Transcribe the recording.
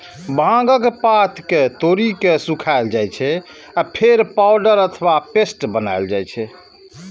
भांगक पात कें तोड़ि के सुखाएल जाइ छै, फेर पाउडर अथवा पेस्ट बनाएल जाइ छै